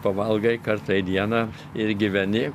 pavalgai kartą į dieną ir gyveni